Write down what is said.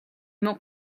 more